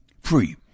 Free